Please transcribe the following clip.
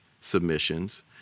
submissions